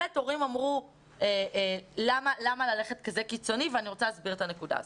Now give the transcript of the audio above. הורים שאלו למה ללכת באופן כזה קיצוני ואני רוצה להסביר את הנקודה הזאת.